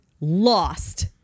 lost